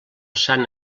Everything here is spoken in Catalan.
sant